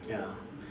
ya